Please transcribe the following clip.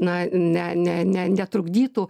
na ne ne ne netrukdytų